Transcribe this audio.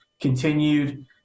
continued